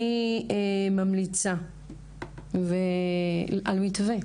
אני ממליצה על מתווה,